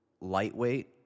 lightweight